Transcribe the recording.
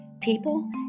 people